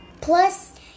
Plus